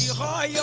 yeah la yeah